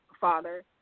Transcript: father